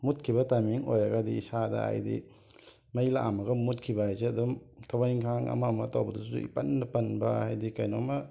ꯃꯨꯠꯈꯤꯕ timing ꯑꯣꯏꯔꯒꯗꯤ ꯏꯁꯥꯗ ꯍꯥꯏꯗꯤ ꯃꯩ ꯂꯥꯛꯑꯝꯃꯒ ꯑꯃꯨꯛ ꯃꯨꯠꯈꯤꯕ ꯍꯥꯏꯁꯦ ꯑꯗꯨꯝ ꯊꯕꯛ ꯏꯟꯈꯥꯡ ꯑꯃ ꯑꯃ ꯇꯧꯕꯗꯁꯨ ꯏꯄꯟꯗ ꯄꯟꯕ ꯍꯥꯏꯗꯤ ꯀꯩꯅꯣꯝꯃ